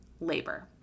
labor